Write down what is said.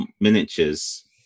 miniatures